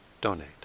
donate